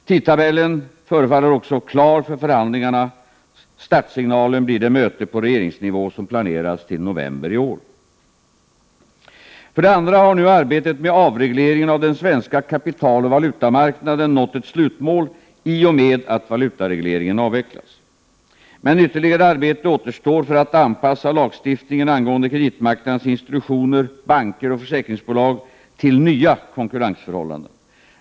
Tidtabellen för förhandlingarna förefaller också att vara klar — startsignalen blir det möte på regeringsnivå som planeras till november i år. För det andra har nu arbetet med avregleringen av den svenska kapitaloch valutamarknaden nått ett slutmål i och med att valutaregleringen har avvecklats. Men ytterligare arbete återstår för att anpassa lagstiftningen angående kreditmarknadens institutioner, banker och försäkringsbolag till nya konkurrensförhållanden.